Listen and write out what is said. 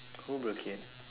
who broke it